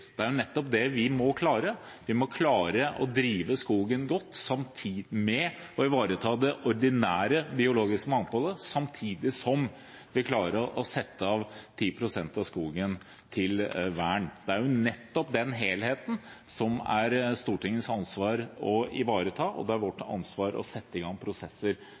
Det er nettopp det vi må klare. Vi må klare å drive skogen godt og ivareta det ordinære biologiske mangfoldet samtidig som vi klarer å sette av 10 pst. av skogen til vern. Det er nettopp den helheten som er Stortingets ansvar å ivareta, og det er vårt ansvar å sette i gang prosesser